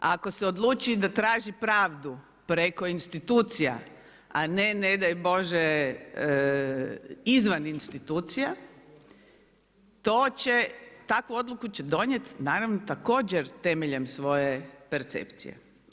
Ako se odluči da traži pravdu preko institucija, a ne ne daj Bože izvan institucija to će, takvu odluku će donijeti naravno također temeljem svoje percepcije.